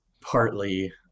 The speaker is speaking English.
partly